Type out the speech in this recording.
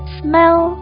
smell